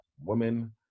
women